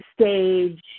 stage